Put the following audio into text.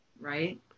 right